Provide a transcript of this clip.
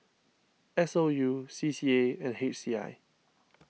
S O U C C A and H C I